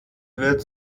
wird